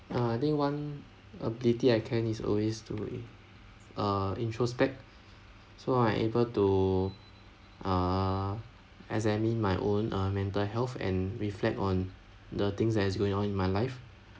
uh I think one ability I can is always to err introspect so I able to err examine my own uh mental health and reflect on the things that is going on in my life